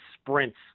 sprints